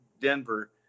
Denver